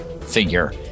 figure